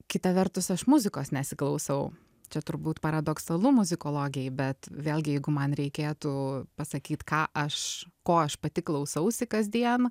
kita vertus aš muzikos nesiklausau čia turbūt paradoksalu muzikologijai bet vėlgi jeigu man reikėtų pasakyt ką aš ko aš pati klausausi kasdien